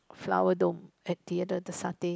Flower Dome at the other the satay